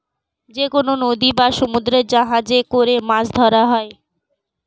যেকনো নদী বা সমুদ্রে জাহাজে করে মাছ ধরা হয়